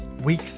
Week